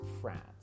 France